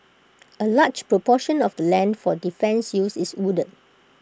A large proportion of the land for defence use is wooded